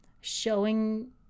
showing